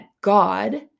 God